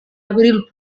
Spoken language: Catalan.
abril